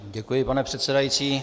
Děkuji, pane předsedající.